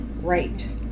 right